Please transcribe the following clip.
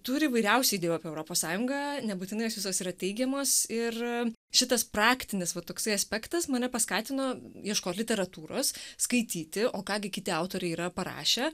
turi įvairiausių idėjų apie europos sąjungą nebūtinai jos visos yra teigiamos ir šitas praktinis va toksai aspektas mane paskatino ieškot literatūros skaityti o ką gi kiti autoriai yra parašę